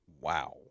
Wow